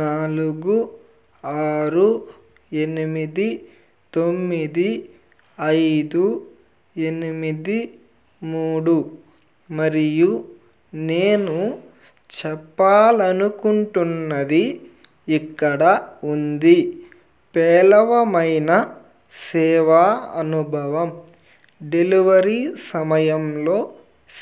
నాలుగు ఆరు ఎనిమిది తొమ్మిది ఐదు ఎనిమిది మూడు మరియు నేను చెప్పాలనుకుంటున్నది ఇక్కడ ఉంది పేలవమైన సేవా అనుభవం డెలివరీ సమయంలో